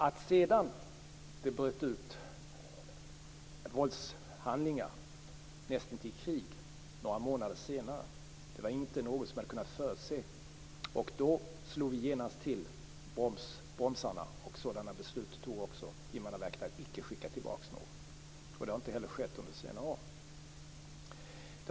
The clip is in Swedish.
Att det några månader senare bröt ut våldshandlingar som ledde till krig var inte någonting som man hade kunnat förutse. Då slog vi genast till bromsarna samtidigt som Invandrarverket fattade beslut om att icke skicka tillbaka någon. Så har inte heller skett under senare år.